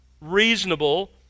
reasonable